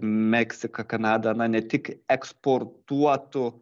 meksiką kanadą na ne tik eksportuotų